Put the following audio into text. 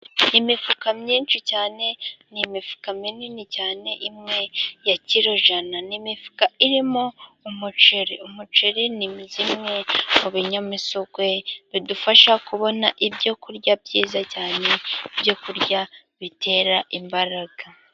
Imifuka myinshi cyane, n'imifuka minini cyane imwe ya kirojana, n'imifuka irimo umuceri, umuceri ni bimwe mu binyamisogwe bidufasha kubona ibyo kurya byiza cyane, byo kurya bitera imbaraga.